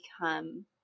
become